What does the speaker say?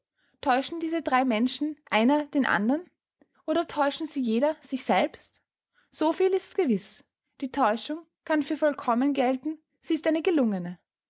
täuschen diese drei menschen einer den andern oder täuschen sie jeder sich selbst so viel ist gewiß die täuschung kann für vollkommen gelten sie ist eine gelungene